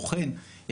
בוחן,